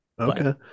Okay